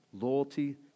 Loyalty